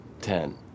ten